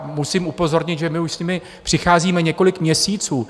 Musím upozornit, že my už s nimi přicházíme několik měsíců.